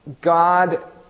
God